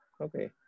Okay